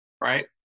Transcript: right